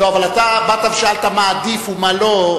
אבל שאלת מה עדיף ומה לא.